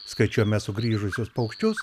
skaičiuojame sugrįžusius paukščius